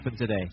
today